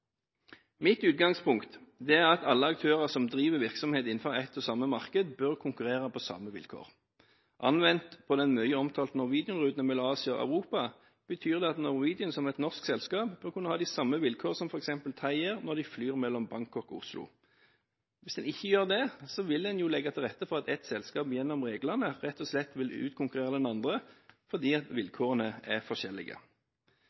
Mitt utgangspunkt er at alle aktører som driver virksomhet innenfor et og samme marked, bør konkurrere på samme vilkår. Anvendt på de mye omtalte Norwegian-rutene mellom Asia og Europa betyr det at Norwegian som et norsk selskap bør kunne ha de samme vilkårene som f.eks. Thai Airways når de flyr mellom Bangkok og Oslo. Hvis en ikke gjør det, vil en legge til rette for at et selskap gjennom reglene rett og slett vil utkonkurrere det andre, fordi vilkårene er forskjellige. Det som er viktig, er at